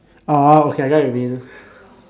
orh okay I get what you mean